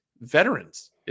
veterans